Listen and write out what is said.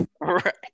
Right